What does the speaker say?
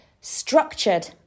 structured